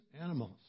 animals